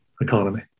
economy